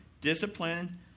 discipline